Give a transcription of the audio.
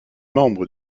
membre